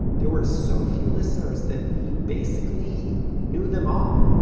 there were so few listeners that we basically knew them all.